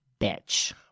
bitch